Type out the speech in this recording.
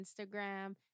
Instagram